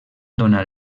donar